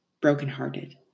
Brokenhearted